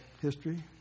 history